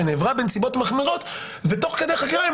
שנעברה בנסיבות מחמירות ותוך כדי חקירה הם